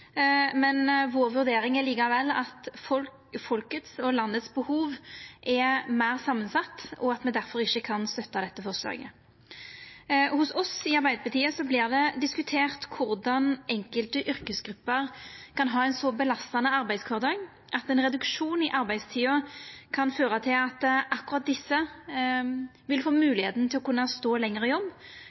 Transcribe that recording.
men vurderinga vår er likevel at folkets og landets behov er meir samansette, og at me difor ikkje kan støtta dette forslaget. Hos oss i Arbeidarpartiet vert det diskutert korleis enkelte yrkesgrupper kan ha ein så belastande arbeidskvardag at ein reduksjon i arbeidstida kan føra til at akkurat desse vil få moglegheit til å kunna stå lenger i jobb.